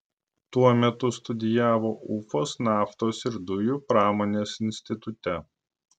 tuo metu studijavo ufos naftos ir dujų pramonės institute